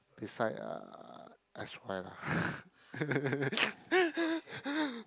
beside ah S_Y lah